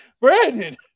Brandon